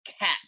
cat